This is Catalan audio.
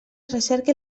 recerca